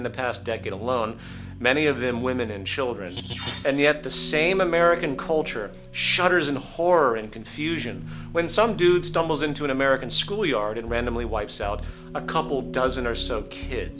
in the past decade alone many of them women and children and yet the same american culture shutters in horror and confusion when some dude stumbles into an american schoolyard and randomly wipes out a couple dozen or so